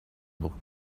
looked